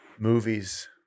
movies